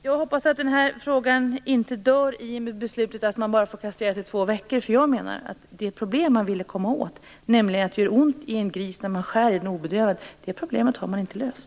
Jag hoppas att den här frågan inte dör i och med beslutet att man bara får kastrera hangrisar upp till två veckors ålder. Jag menar att det problem man ville komma åt, nämligen att det gör ont i en obedövad gris när man skär i den, har man inte löst.